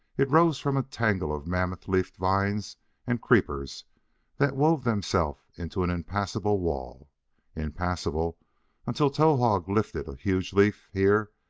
it rose from a tangle of mammoth leafed vines and creepers that wove themselves into an impassable wall impassable until towahg lifted a huge leaf here,